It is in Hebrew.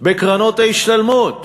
בקרנות ההשתלמות